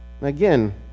again